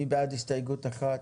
מי בעד הסתייגות 1?